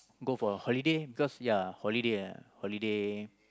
go for holiday because ya holiday ah holiday